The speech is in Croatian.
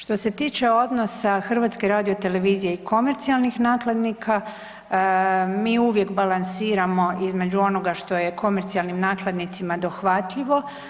Što se tiče odnosa HRT i komercionalnih nakladnika mi uvijek balansiramo između onoga što je komercionalnim nakladnicima dohvatljivo.